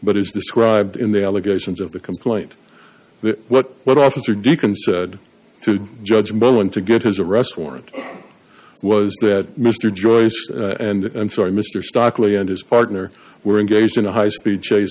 but is described in the allegations of the complaint that what what officer deacon said to judgment to get his arrest warrant was that mr joyce and sorry mr stokley and his partner were engaged in a high speed chase